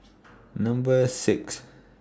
Number six